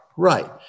Right